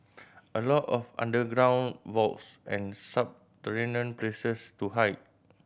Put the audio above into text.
a lot of underground vaults and subterranean places to hide